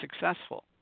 successful